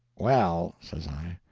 well, says i,